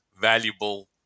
valuable